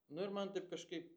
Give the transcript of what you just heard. nu ir man taip kažkaip